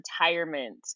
retirement